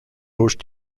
durch